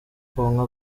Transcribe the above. konka